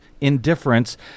indifference